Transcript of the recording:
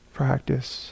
practice